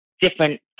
different